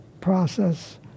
process